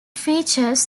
features